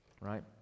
Right